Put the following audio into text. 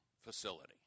facility